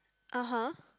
(uh huh)